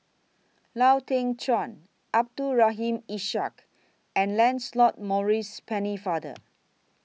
Lau Teng Chuan Abdul Rahim Ishak and Lancelot Maurice Pennefather